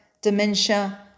dementia